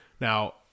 Now